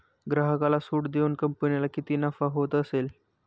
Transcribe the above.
ग्राहकाला सूट देऊन कंपनीला किती नफा होत असेल